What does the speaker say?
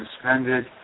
suspended